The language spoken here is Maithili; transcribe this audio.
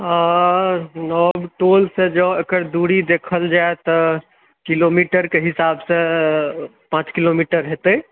नबटोलसँ जँऽ एकर दूरी देखल जाय तऽ किलोमीटरके हिसाबसँ पाँच किलोमीटर हेतै